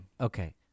Okay